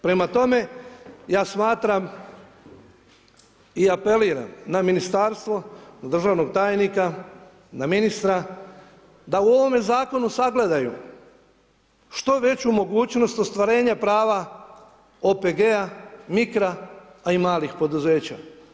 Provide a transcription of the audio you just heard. Prema tome, ja smatram i apeliram na ministarstvo, na državnog tajnika, na ministra da u ovome zakonu sagledaju što veću mogućnost ostvarenja prava OPG-a, mikro, a i malih poduzeća.